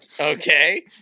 okay